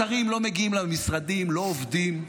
שרים לא מגיעים למשרדים, לא עובדים,